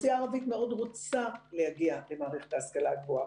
האוכלוסייה הערבית מאוד רוצה להגיע למערכת ההשכלה הגבוהה.